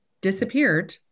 disappeared